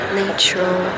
natural